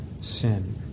sin